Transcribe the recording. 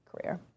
career